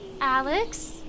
Alex